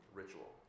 ritual